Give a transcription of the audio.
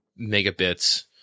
megabits